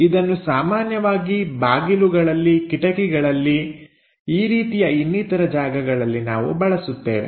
ಇದನ್ನು ಸಾಮಾನ್ಯವಾಗಿ ಬಾಗಿಲುಗಳಲ್ಲಿ ಕಿಟಕಿಗಳಲ್ಲಿ ಈ ರೀತಿಯ ಇನ್ನಿತರ ಜಾಗಗಳಲ್ಲಿ ನಾವು ಬಳಸುತ್ತೇವೆ